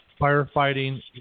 firefighting